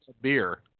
beer